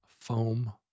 foam